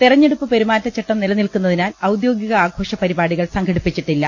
തെർഞ്ഞെടുപ്പ് പെരുമാറ്റച്ചട്ടം നിലനിൽക്കുന്നതിനാൽ ഔദ്യോഗിക് ആഘോഷ പരിപാടികൾ സംഘടിപ്പിച്ചിട്ടില്ല